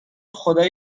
خدا